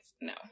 no